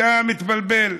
אתה מתבלבל.